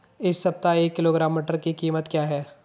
इस सप्ताह एक किलोग्राम मटर की कीमत क्या है?